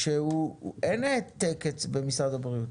אין העתק במשרד הבריאות?